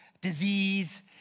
disease